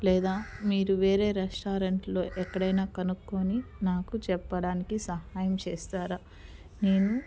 లేదా మీరు వేరే రెస్టారెంట్లో ఎక్కడైనా కనుక్కొని నాకు చెప్పడానికి సహాయం చేస్తారా నేను